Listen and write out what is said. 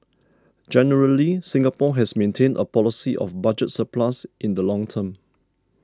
generally Singapore has maintained a policy of budget surplus in the long term